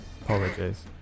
apologies